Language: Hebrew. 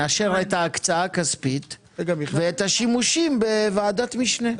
נאשר את ההקצאה הכספית ואת השימושים בוועדת משנה.